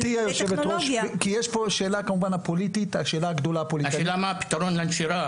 השאלה מה הפתרון לנשירה.